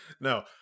No